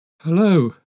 Hello